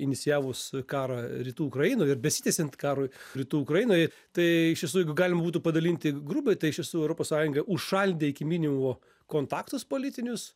inicijavus karą rytų ukrainoj ir besitęsiant karui rytų ukrainoj tai iš tiesų jeigu galima būtų padalinti grubiai tai iš tiesų europos sąjunga užšaldė iki minimumo kontaktus politinius